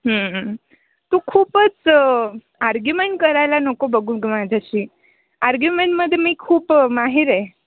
तू खूपच आर्ग्युमेंट करायला नको बघू गं माझ्याशी आर्ग्युमेंटमध्ये मी खूप माहीर आहे